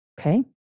Okay